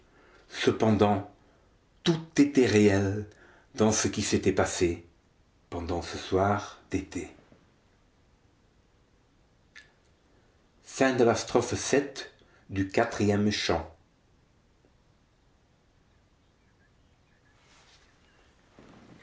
cependant tout était réel dans ce qui s'était passé pendant ce soir d'été